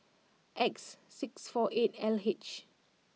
X six four eight L H